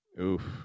Oof